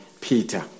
Peter